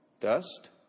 dust